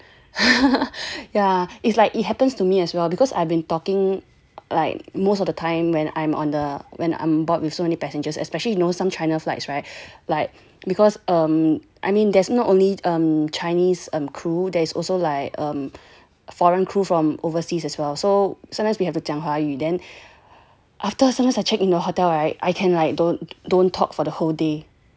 oh that that's true that's true yeah yeah yeah yeah it's like it happens to me as well because I've been talking like most of the time when I'm on the when I'm on board with so many passengers especially you know some China flights right like because um I mean there's not only Chinese (um_ crew there is also like um foreign crew from overseas as well so sometimes we have to 讲华语 then after sometimes I check in to the hotel I can don't don't talk for the whole day